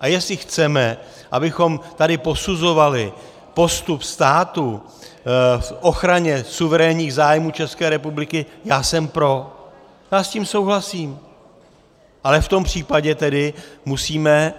A jestli chceme, abychom tady posuzovali postup státu v ochraně suverénních zájmů České republiky, já jsem pro, já s tím souhlasím, ale v tom případě tedy musíme,